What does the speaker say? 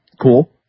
Cool